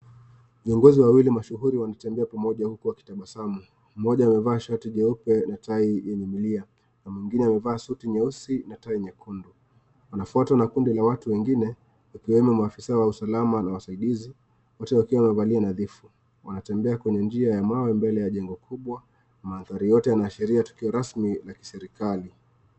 Viongozi wawili mashuhuri wanatembea pamoja huku wakitabasamu. Mmoja amevaa shati jeupe na tai yenye milia. Na mwingine amevaa suti nyeusi na tai nyekundu. Wanafuatwa na kundi la watu wengine, wakiwemo maafisa wa usalama na wasaidizi, wote wakiwa wamevalia nadhifu. Wanatembea kwenye njia ya mawe mbele ya jengo kubwa. Mandhari yote yanaashiria tukio rasmi la kiserikali.